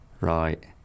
right